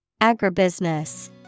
Agribusiness